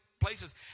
places